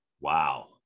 wow